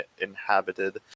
inhabited